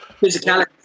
Physicality